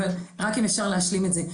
אבל רק אם אפשר להשלים את זה.